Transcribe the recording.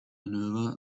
maneuver